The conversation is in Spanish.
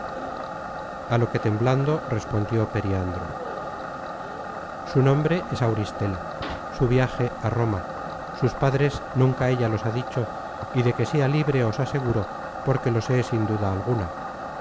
a lo que temblando respondió periandro su nombre es auristela su viaje a roma sus padres nunca ella los ha dicho y de que sea libre os aseguro porque lo sé sin duda alguna